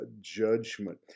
judgment